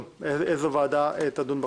באיזו ועדה תדון בחוק.